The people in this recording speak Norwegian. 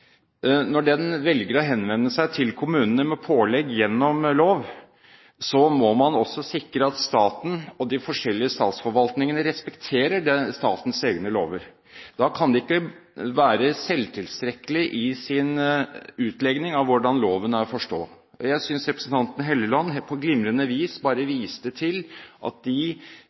velger å henvende seg til kommunene med pålegg gjennom lov, må man også sikre at staten og de forskjellige statsforvaltningene respekterer statens egne lover. Da kan de ikke være selvtilstrekkelig i sin utlegning av hvordan loven er å forstå. Jeg synes representanten Trond Helleland på et glimrende vis viste til at de